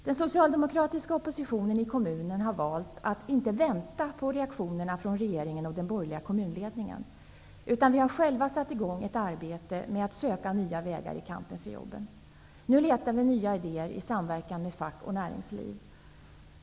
Den socialdemokratiska oppositionen i kommunen har valt att inte vänta på reaktionerna från regeringen och den borgerliga kommunledningen, utan har själv satt igång ett arbete med att söka nya vägar i kampen för jobben. Nu letar vi nya idéer i samverkan med fack och näringsliv.